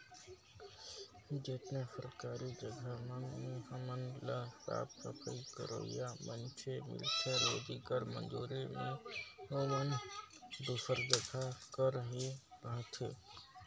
जेतना सरकारी जगहा मन में हमन ल साफ सफई करोइया मइनसे मिलथें रोजी कर मंजूरी में ओमन दूसर जगहा कर ही रहथें